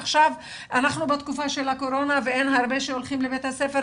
עכשיו אנחנו בתקופת קורונה ואין הרבה שמגיעים לבית הספר,